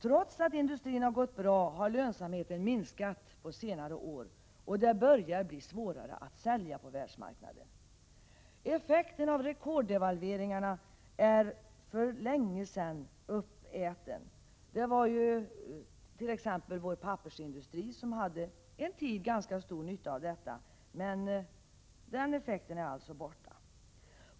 Trots att industrin har gått bra har lönsamheten minskat under senare år, och det börjar bli svårare att sälja på världsmarknaden. Effekten av rekorddevalveringarna är för länge sedan uppäten. Vår pappersindustri t.ex. hade en tid ganska stor nytta av devalveringarna, men effekten är alltså borta.